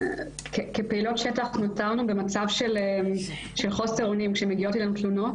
כפעילות שטח נותרנו במצב של חוסר אונים כשמגיעות אלינו תלונות,